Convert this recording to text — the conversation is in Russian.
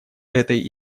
этой